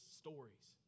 stories